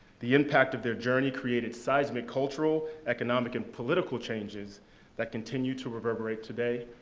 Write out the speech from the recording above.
the impact of their journey created seismic cultural, economic and political changes that continue to reverberate today,